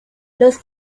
los